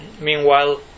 meanwhile